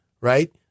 right